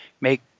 make